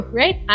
right